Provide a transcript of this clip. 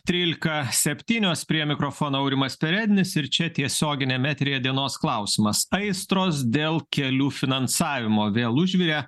trylika septynios prie mikrofono aurimas perednis ir čia tiesioginiam etery dienos klausimas aistros dėl kelių finansavimo vėl užvirė